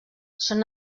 són